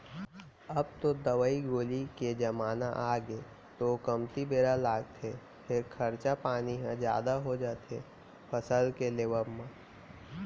अब तो दवई गोली के जमाना आगे तौ कमती बेरा लागथे फेर खरचा पानी ह जादा हो जाथे फसल के लेवब म